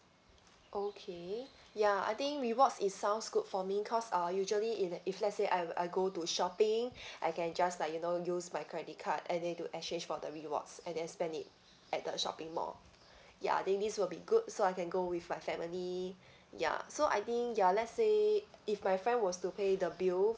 okay ya I think rewards is sounds good for me cause uh usually in that if let's say I I go to shopping I can just like you know use my credit card and then to exchange for the rewards and then spend it at the shopping mall ya then this will be good so I can go with my family ya so I think ya let's say if my friend was to pay the bill